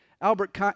Albert